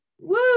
woo